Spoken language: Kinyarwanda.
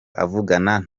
avugana